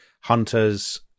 hunters